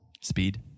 speed